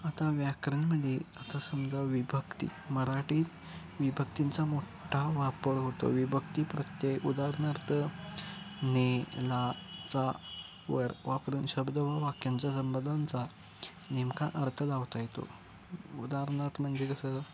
आता व्याकरणमध्ये आता समजा विभक्ती मराठीत विभक्तींचा मोठा वापर होतो विभक्ती प्रत्येक उदाहारणार्थ ने ला चा व वापरून शब्द व वाक्यांच्या संबधांचा नेमका अर्थ लावता येतो उदाहरणार्थ म्हणजे कसं